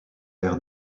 l’air